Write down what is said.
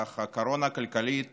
אך הקורונה הכלכלית